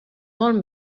molts